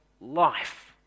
life